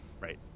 right